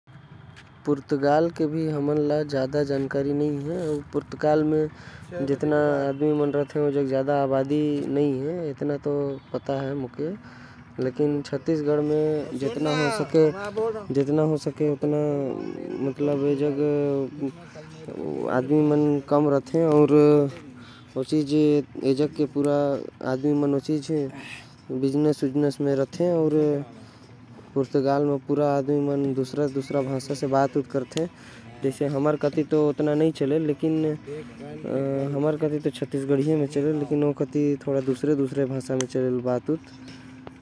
पुर्तगाल के बारे म भी मोके ज्यादा कुछ पता नही हवे। लेकिन वहा के आबादी हमन से कम हवे अउ वहा दूसर भाषा बोलथे।